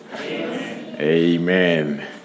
Amen